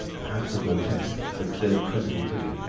perhaps a grotesque but still a credible figure.